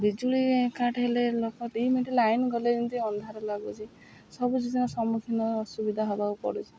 ବିଜୁଳି କାଟ ହେଲେ ଲୋକ ଦୁଇ ମିନିଟ୍ ଲାଇନ୍ ଗଲେ ଯେମିତି ଅନ୍ଧାରେ ଲାଗୁଛି ସବୁ ଦିନ ସମ୍ମୁଖୀନ ଅସୁବିଧା ହେବାକୁ ପଡ଼ୁଛି